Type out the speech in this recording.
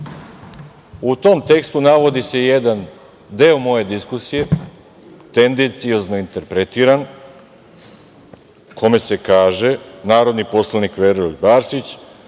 tom tekstu navodi se jedan deo moje diskusije, tendenciozno interpretiran, u kome se kaže: „Narodni poslanik Veroljub Arsić